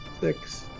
six